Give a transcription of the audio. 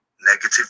Negative